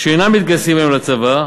שאינם מתגייסים היום לצבא,